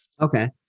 Okay